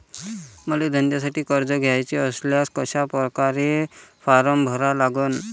मले धंद्यासाठी कर्ज घ्याचे असल्यास कशा परकारे फारम भरा लागन?